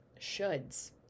shoulds